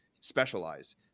specialize